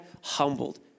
humbled